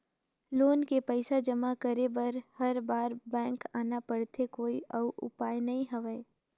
Loan के पईसा जमा करे बर हर बार बैंक आना पड़थे कोई अउ उपाय नइ हवय?